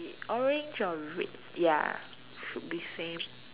orange or red ya should be same